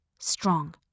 strong